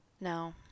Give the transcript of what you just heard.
No